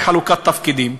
וחלוקת תפקידים,